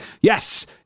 Yes